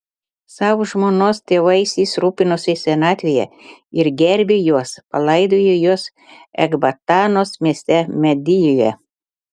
savo žmonos tėvais jis rūpinosi senatvėje ir gerbė juos palaidojo juos ekbatanos mieste medijoje